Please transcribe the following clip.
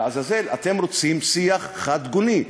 לעזאזל, אתם רוצים שיח חד-גוני.